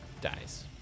dies